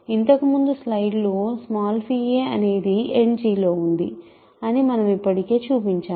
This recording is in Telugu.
ఇంతకుముందు స్లైడ్లో a అనేది Endలో ఉంది అని మనము ఇప్పటికే చూపించాము